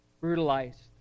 brutalized